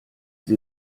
sie